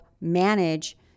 manage